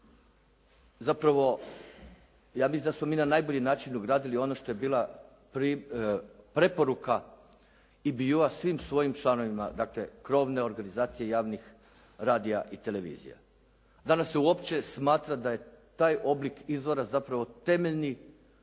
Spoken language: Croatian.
Zapravo ja mislim da smo mi na najbolji način obradili ono što je bila preporuka i … /Govornik se ne razumije./ … svim svojim članovima dakle krovne organizacije javnih radia i televizije. Danas se uopće smatra da je taj oblik izvora zapravo temeljni